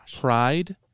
Pride